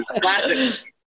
classic